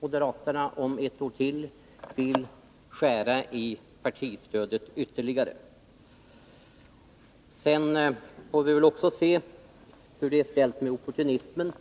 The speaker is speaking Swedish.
moderaterna om ytterligare ett år vill skära ännu mer i partistödet. Sedan får vi väl se hur det är ställt med opportunismen.